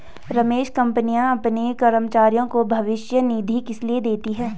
रमेश कंपनियां अपने कर्मचारियों को भविष्य निधि किसलिए देती हैं?